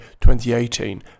2018